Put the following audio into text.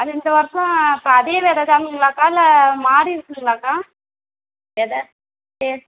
அது இந்த வருஷம் இப்போ அதே விததானுங்களாக்கா இல்லை மாறி இருக்குதுங்களாக்கா வித சர்